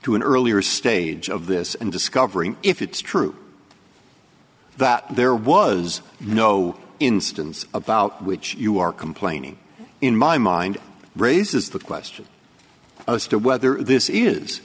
to an earlier stage of this and discovering if it's true that there was no instance about which you are complaining in my mind raises the question to whether this is